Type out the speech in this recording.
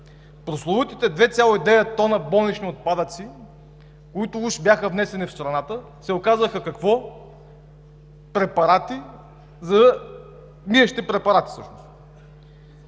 Прословутите 2,9 тона болнични отпадъци, които уж бяха внесени в страната, се оказаха какво – миещи препарати всъщност.